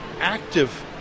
active